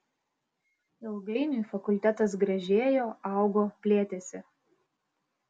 ilgainiui fakultetas gražėjo augo plėtėsi